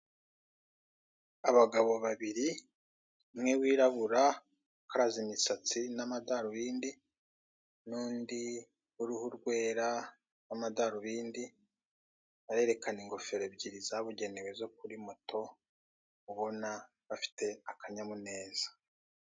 Abagabo babiri: umwe wirabura ukaraze imisatsi n'amadarubindi, n'undi w'uruhu rwera w'amadarobindi, barerekana ingofero ebyiri zabugenewe zo kuri moto, ubona ko bafite akanyamuneza.